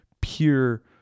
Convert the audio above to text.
pure